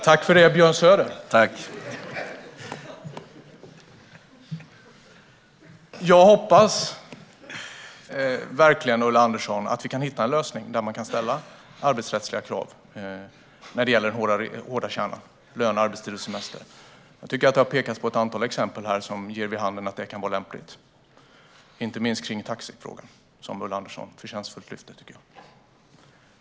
Herr talman! Jag hoppas verkligen, Ulla Andersson, att vi kan hitta en lösning där man kan ställa arbetsrättsliga krav när det gäller den hårda kärnan: löner, arbetstider och semester. Jag tycker att det har pekats på ett antal exempel som ger vid handen att det kan vara lämpligt, inte minst i taxifrågan som Ulla Andersson förtjänstfullt lyfter fram.